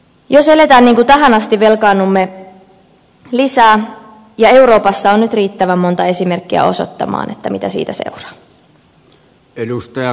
jos elämme niin kuin tähän asti velkaannumme lisää ja euroopassa on nyt riittävän monta esimerkkiä osoittamaan mitä siitä seuraa